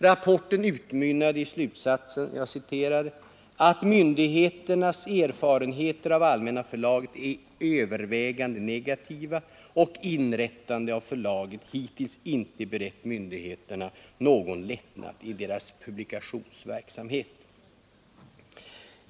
Rapporten utmynnade i slutsatsen ”att myndigheternas erfarenheter av Allmänna förlaget är övervägande negativa och inrättandet av förlaget hittills inte berett myndigheterna någon lättnad i deras publikationsverksamhet”.